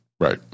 Right